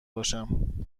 باشم